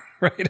Right